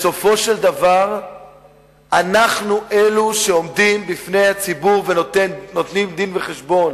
בסופו של דבר אנחנו אלה שעומדים בפני הציבור ונותנים דין-וחשבון.